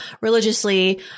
religiously